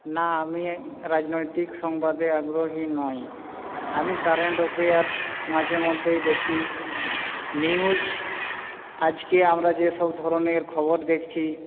না আমি রাজনৈতিক সংবাদে আগ্রহী নই আমি কারেন্ট অ্যাফেয়ার্স মাঝে মধ্যেই দেখি নিউজ আজকে আমরা যেসব ধরনের খবর দেখছি